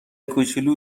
کوچولو